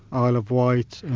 isle of wight,